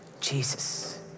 Jesus